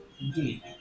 Indeed